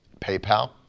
PayPal